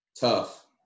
Tough